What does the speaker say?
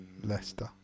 Leicester